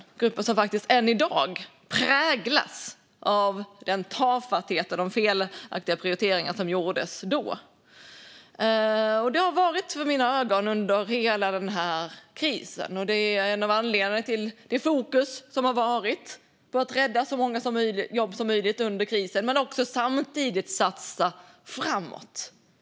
Det är grupper som faktiskt än i dag präglas av den tafatthet som fanns och de felaktiga prioriteringar som gjordes då. Det har jag haft för ögonen under hela den här krisen, och det är en av anledningarna till det fokus som har varit på att rädda så många jobb som möjligt under krisen men också samtidigt satsa framåt.